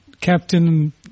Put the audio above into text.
Captain